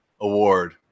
award